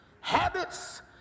habits